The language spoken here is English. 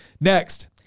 next